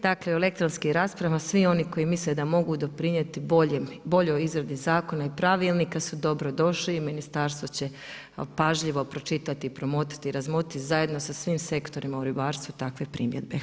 Dakle, elektronski rasprava, svi oni koji misle da mogu doprinijeti boljoj izradi zakona i pravilnika su dobrodošli i ministarstvo će pažljivo pročitati, promotriti, razmotriti zajedno sa svim sektorima u ribarstvu takve primjedbe.